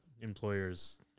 employers